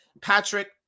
Patrick